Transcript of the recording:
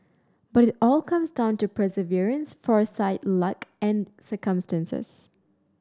but it all comes down to perseverance foresight luck and circumstances